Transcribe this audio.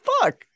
fuck